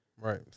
Right